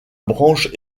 branche